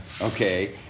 Okay